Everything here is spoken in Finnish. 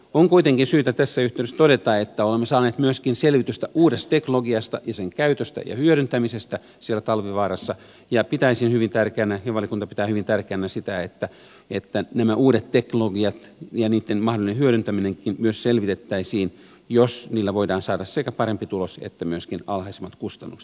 on kuitenkin syytä tässä yhteydessä todeta että olemme saaneet myöskin selvitystä uudesta teknologiasta ja sen käytöstä ja hyödyntämisestä siellä talvivaarassa ja pitäisin hyvin tärkeänä ja valiokunta pitää hyvin tärkeänä sitä että nämä uudet teknologiat ja niitten mahdollinen hyödyntäminenkin selvitettäisiin jos niillä voidaan saada sekä parempi tulos että myöskin alhaisemmat kustannukset